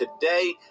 today